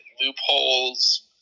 loopholes